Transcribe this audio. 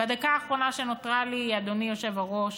בדקה האחרונה שנותרה לי, אדוני היושב-ראש,